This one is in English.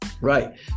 Right